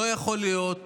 לא יכול להיות